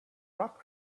rock